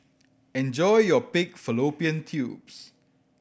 enjoy your pig fallopian tubes